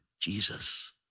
Jesus